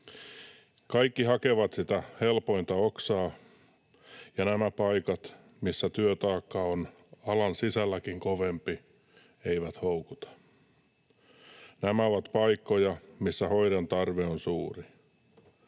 Kaikki hakevat sitä helpointa oksaa, ja nämä paikat, missä työtaakka on alan sisälläkin kovempi, eivät houkuta. Nämä ovat paikkoja, missä hoidon tarve on suuri.